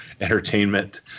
entertainment